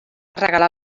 regalar